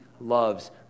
loves